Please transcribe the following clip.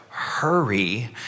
hurry